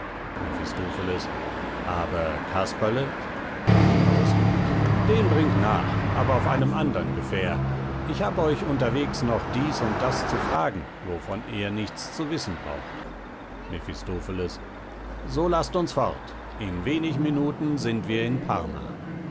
mephistopheles aber casperle faust den bringt nach aber auf einem andern gefähr ich hab euch unterwegs noch dieß und das zu fragen wovon er nichts zu wißen braucht mephistopheles so laßt uns fort in wenig minuten sind wir in parma